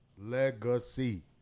Legacy